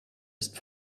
ist